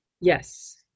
Yes